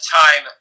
time